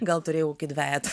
gal turėjau dvejet